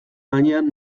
gainean